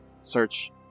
search